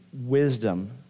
wisdom